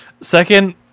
second